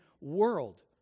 world